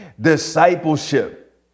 discipleship